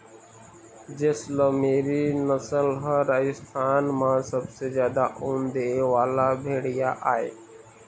जैसलमेरी नसल ह राजस्थान म सबले जादा ऊन दे वाला भेड़िया आय